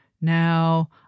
Now